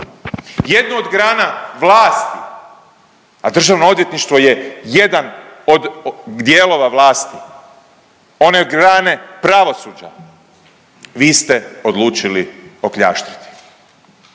jednu od grana vlasti a Državno odvjetništvo je jedan od dijelova vlasti, one grane pravosuđa vi ste odlučili okljaštiti.